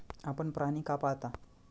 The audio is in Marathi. आपण प्राणी का पाळता?